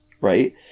Right